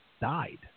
died